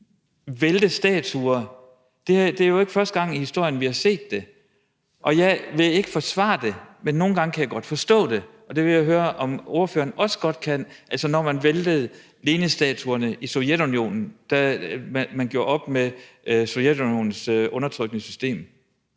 at vælte statuer er det jo ikke første gang i historien vi har set. Og jeg vil ikke forsvare det, men nogle gange kan jeg godt forstå det, og det vil jeg høre om ordføreren også godt kan, altså når man væltede Leninstatuerne i Sovjetunionen og gjorde op med Sovjetunionens undertrykkende system.